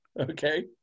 okay